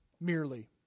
merely